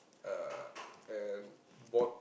uh and bought